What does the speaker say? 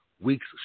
week's